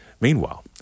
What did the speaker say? Meanwhile